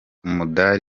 perezida